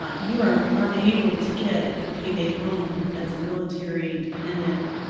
um you are unable to get a payday loan, as a military dependent,